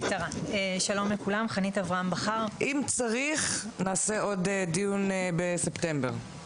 אם צריך נעשה עוד דיון בספטמבר,